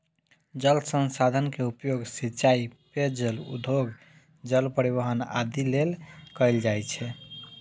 जल संसाधन के उपयोग सिंचाइ, पेयजल, उद्योग, जल परिवहन आदि लेल कैल जाइ छै